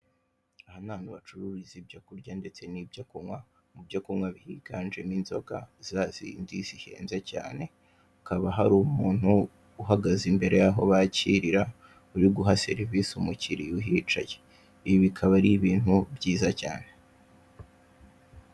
Aha ni ahantu bacururiza ibyo kurya, ndetse n'ibyo kunywa, mubyo kunywa higanjemo inziga zazindi zihenze cyane, hakaba hari umuntu uhagaze imbere yaho bakiririra uri guha serivise umukiriya uhicaye, ibi bikaba ari ibintu byiza cyane.